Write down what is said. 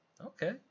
Okay